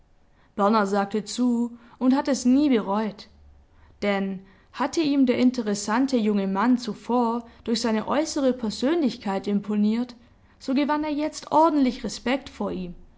sagte zu und hat es nie bereut denn hatte ihm der interessante junge mann zuvor durch seine äußere persönlichkeit imponiert so gewann er jetzt ordentlich respekt vor ihm